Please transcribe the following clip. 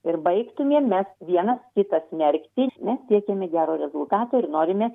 ir baigtumėm mes vienas kitą smerkti mes siekiame gero rezultato ir norime